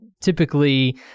Typically